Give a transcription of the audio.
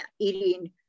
eating